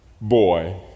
boy